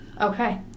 Okay